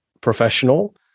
professional